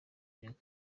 myaka